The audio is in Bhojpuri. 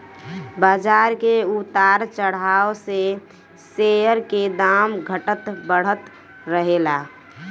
बाजार के उतार चढ़ाव से शेयर के दाम घटत बढ़त रहेला